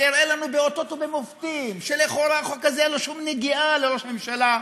ויראה לנו באותות ובמופתים שלכאורה לחוק הזה אין שום נגיעה בראש ממשלה,